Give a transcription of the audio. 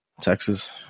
Texas